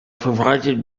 provided